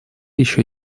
еще